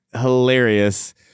hilarious